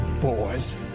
boys